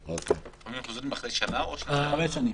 כמו שאמר חבר הכנסת קרעי,